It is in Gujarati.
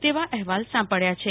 તેવા અહેવાલ સાંપડ્યા છે